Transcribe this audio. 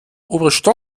oberste